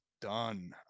done